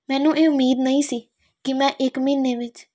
ਮੈਨੂੰ ਇਹ ਉਮੀਦ ਨਹੀਂ ਸੀ ਕਿ ਮੈਂ ਇੱਕ ਮਹੀਨੇ ਵਿੱਚ